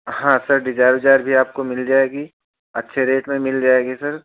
हाँ sir Dzire उजायर भी आपको मिल जाएगी अच्छे रेट में मिल जाएगी सर